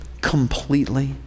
completely